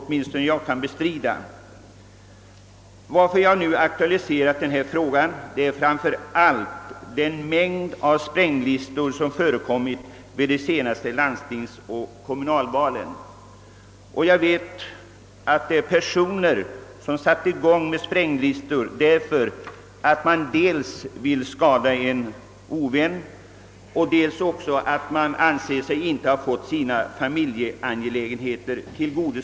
Anledningen till att jag nu aktualiserat denna fråga är framför allt den mängd spränglistor som förekommit vid de senaste landstingsoch kommunalvalen. Jag vill påstå att det finns personer som lagt fram spränglistor antingen därför att de vill skada en ovän eller därför att de anser att man inte tagit tillbörlig hänsyn till deras familjer.